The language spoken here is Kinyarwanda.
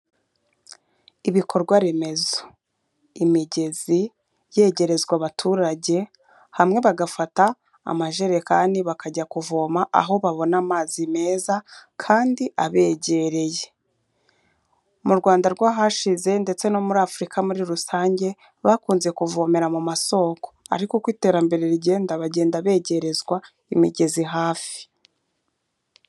Ibikorwa remezo, imigezi yegerezwa abaturage hamwe bagafata amajerekani bakajya kuvoma aho babona amazi meza kandi abegereye, mu Rwanda rwahashize ndetse no muri Afurika muri rusange bakunze kuvomera mu masoko ariko uko iterambere rigenda bagenda begerezwa imigezi hafi.